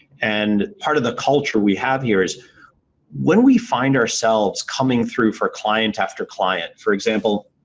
and part of the culture we have here is when we find ourselves coming through for client after client, for example,